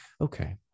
Okay